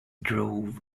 drove